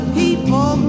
people